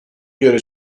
göre